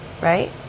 right